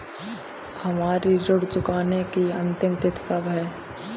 हमारी ऋण चुकाने की अंतिम तिथि कब है?